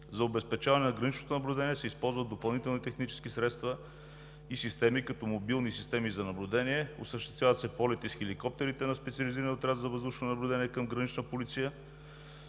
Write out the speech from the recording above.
за обезпечаване на граничното наблюдение се използват допълнителни технически средства и системи – мобилни системи за наблюдение, осъществяват се полети с хеликоптерите на Специализирания отряд за въздушно наблюдение към „Гранична полиция“,